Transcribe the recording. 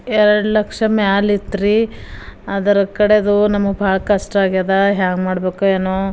ಎರಡು ಲಕ್ಷ ಮ್ಯಾಲಿತ್ರಿ ಅದರ ಕಡೇದು ನಮಗೆ ಭಾಳ ಕಷ್ಟ ಆಗ್ಯದ ಹ್ಯಾಂಗೆ ಮಾಡ್ಬೇಕೋ ಏನೋ